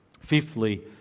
Fifthly